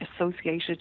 associated